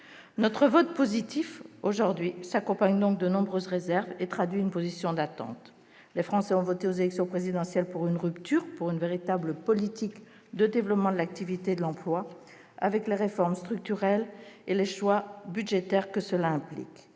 Notre vote positif s'accompagnera donc de nombreuses réserves et traduit une position d'attente. Les Français ont voté aux élections présidentielles pour une rupture, pour une véritable politique de développement de l'activité et de l'emploi, avec les réformes structurelles et les choix budgétaires que cela implique.